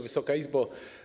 Wysoka Izbo!